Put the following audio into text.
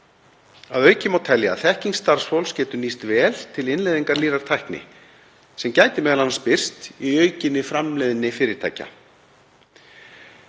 Að auki má telja að þekking starfsfólks geti nýst vel til innleiðingar nýrrar tækni sem gæti m.a. birst í aukinni framleiðni fyrirtækja.